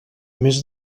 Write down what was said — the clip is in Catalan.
més